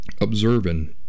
observing